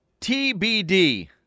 TBD